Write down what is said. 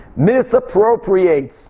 misappropriates